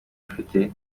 bafite